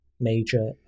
Major